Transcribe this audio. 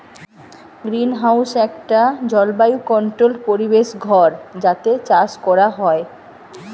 greenhouse একটা জলবায়ু controlled পরিবেশ ঘর যাতে চাষ কোরা হয়